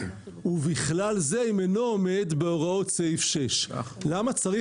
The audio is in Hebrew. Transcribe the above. ובכלל זה אם אינו עומד בהוראות סעיף 6". למה צריך